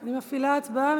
אני מפעילה את ההצבעה.